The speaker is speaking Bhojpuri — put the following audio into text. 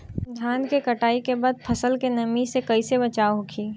धान के कटाई के बाद फसल के नमी से कइसे बचाव होखि?